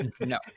No